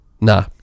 nah